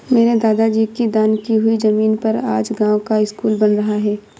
मेरे दादाजी की दान की हुई जमीन पर आज गांव का स्कूल बन रहा है